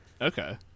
Okay